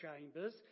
chambers